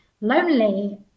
lonely